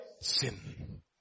sin